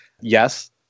yes